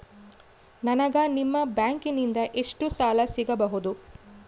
ನನಗ ನಿಮ್ಮ ಬ್ಯಾಂಕಿನಿಂದ ಎಷ್ಟು ಸಾಲ ಸಿಗಬಹುದು?